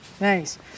Nice